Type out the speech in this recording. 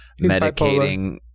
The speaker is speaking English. medicating